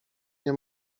nie